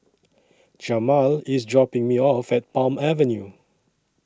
Jamal IS dropping Me off At Palm Avenue